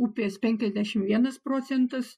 upės penkiasdešim vienas procentas